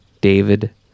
David